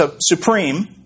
supreme